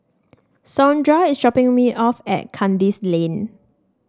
Saundra is dropping me off at Kandis Lane